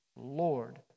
Lord